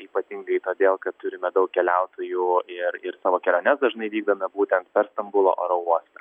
ypatingai todėl kad turime daug keliautojų ir ir savo keliones dažnai vykdome būtent per stambulo oro uostą